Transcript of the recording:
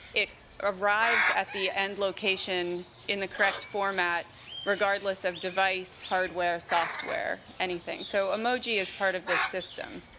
it arrives at the end location in the correct format regardless of device, hardware, software, anything. so emoji is part of this system.